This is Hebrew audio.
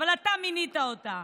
אבל אתה מינית אותה,